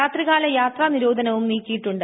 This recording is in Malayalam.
രാത്രികാല യാത്രാനിരോധനവും നീക്കിയിട്ടുണ്ട്